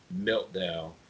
meltdown